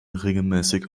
regelmäßig